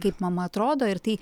kaip mama atrodo ir tai